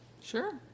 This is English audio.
Sure